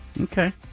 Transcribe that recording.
Okay